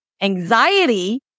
anxiety